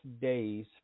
days